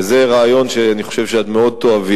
וזה רעיון שאני חושב שאת מאוד תאהבי,